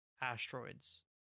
asteroids